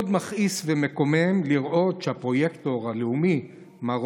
מאוד מכעיס ומקומם לראות שהפרויקטור הלאומי מר